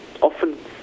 often